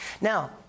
Now